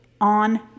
on